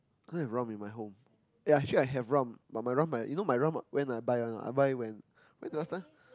only have rum in my home ya actually I have rum but my rum like you know my rum when I buy or not I buy when when was the last time